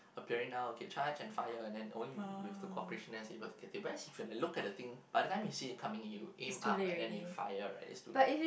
appearing now okay charge and fire and then only with the corporation is able to get it whereas when we look at the thing by the time we see it coming you aim up and then you fire right is too late